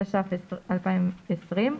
התש"ף-2020,